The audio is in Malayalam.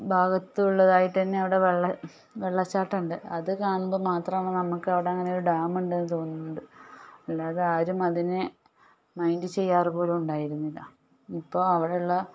ഭാഗത്തുള്ളതായിട്ട് തന്നെ അവിടെ വെള്ള വെള്ളച്ചാട്ടം ഉണ്ട് അത് കാണുമ്പോൾ മാത്രമാണ് നമുക്ക് അങ്ങനെ ഒരു ഡാം ഉണ്ട് എന്ന് തോന്നുന്നത് അല്ലാതെ ആരും അതിനെ മൈന്ഡ് ചെയ്യാറ് പോലുമുണ്ടായിരുന്നില്ല ഇപ്പോൾ അവിടെയുള്ള